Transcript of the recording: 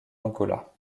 angola